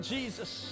Jesus